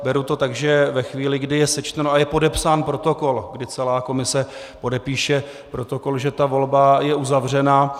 Beru to tak, že ve chvíli, kdy je sečteno a je podepsán protokol, kdy celá komise podepíše protokol, že ta volba je uzavřena.